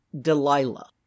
Delilah